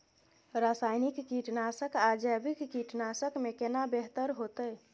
रसायनिक कीटनासक आ जैविक कीटनासक में केना बेहतर होतै?